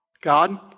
God